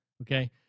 Okay